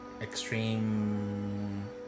extreme